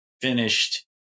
finished